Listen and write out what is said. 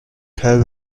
tell